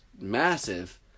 massive